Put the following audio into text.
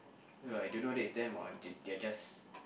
no I don't know that is them or they they are just